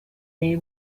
they